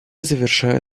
завершаю